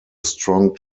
strong